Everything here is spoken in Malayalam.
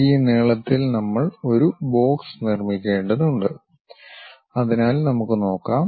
ഈ നീളത്തിൽ നമ്മൾ ഒരു ബോക്സ് നിർമ്മിക്കേണ്ടതുണ്ട് അതിനാൽ നമുക്ക് നോക്കാം